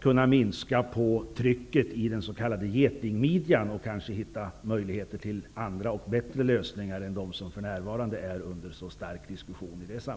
kunna minska på trycket i den s.k. getingmidjan och hitta andra och bättre lösningar än de som för närvarande är föremål för så stark diskussion.